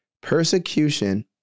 Persecution